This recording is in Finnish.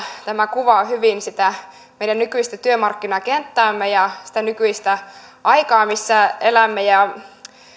tämä kuvaa hyvin sitä meidän nykyistä työmarkkinakenttäämme ja sitä nykyistä aikaa missä elämme